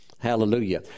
hallelujah